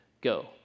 Go